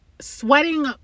sweating